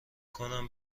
کنم